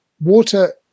Water